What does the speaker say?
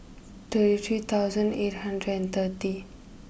thirty three thousand eight hundred and thirty